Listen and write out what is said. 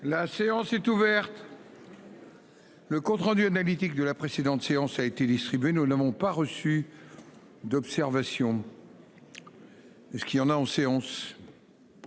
La séance est ouverte. Le compte rendu analytique de la précédente séance a été distribué. Nous n'avons pas reçu. D'observation. Et ce qu'il en a en séance.